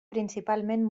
principalment